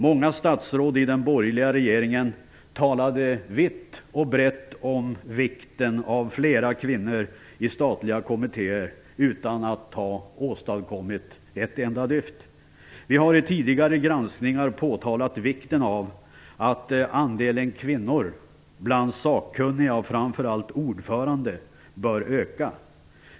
Många statsråd i den borgerliga regeringen talade vitt och brett om vikten av flera kvinnor i statliga kommittéer utan att ha åstadkommit ett enda dyft. Vi har i tidigare granskningar påtalat vikten av att andelen kvinnor bland sakkunniga och framför allt ordförande bör öka.